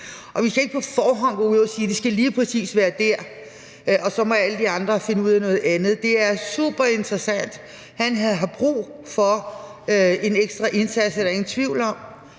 vi skal ikke på forhånd gå ud at sige, at de skal være lige præcis dér, og så må alle de andre finde ud af noget andet. Det er super interessant, og Han Herred har brug for en ekstra indsats – det er der ingen tvivl om